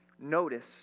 notice